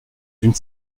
d’une